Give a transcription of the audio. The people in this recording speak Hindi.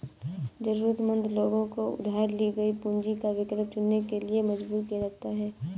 जरूरतमंद लोगों को उधार ली गई पूंजी का विकल्प चुनने के लिए मजबूर किया जाता है